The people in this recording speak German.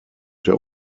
der